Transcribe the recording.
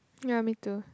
ya me too